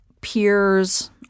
peers